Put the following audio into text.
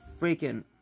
freaking